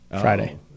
Friday